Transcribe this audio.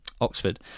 Oxford